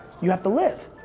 you have to live.